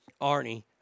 Arnie